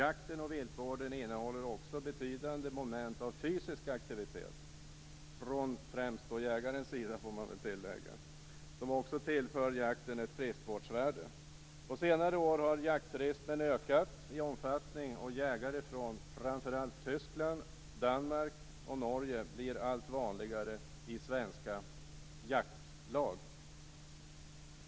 Jakten och viltvården innehåller också betydande moment av fysisk aktivitet - främst från jägarens sida, får man väl tillägga - som också tillför jakten ett friskvårdsvärde.